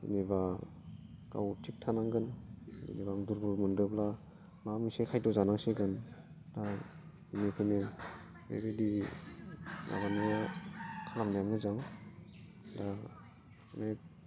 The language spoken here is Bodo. जेनेबा गाव थिग थानांगोन जेनेबा आं दुरबल मोनदोंब्ला माबा मोनसे खायद' जानांसिगोन दा बेनिखायनो बेबायदि माबानायाव खालामनाया मोजां दा अनेक